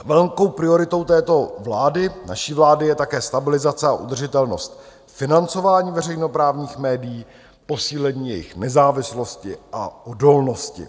Velkou prioritou této vlády, naší vlády, je také stabilizace a udržitelnost financování veřejnoprávních médií, posílení jejich nezávislosti a odolnosti.